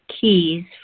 keys